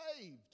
saved